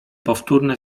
powtórne